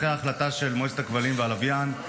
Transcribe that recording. אחרי החלטה של מועצת הכבלים והלוויין,